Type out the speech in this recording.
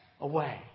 away